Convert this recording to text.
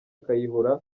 kayihura